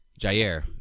Jair